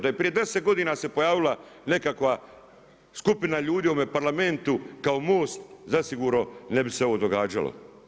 Da je prije 10 godina se pojavila nekakva skupina ljudi u ovom Parlamentu kao Most zasigurno ne bi se ovo događalo.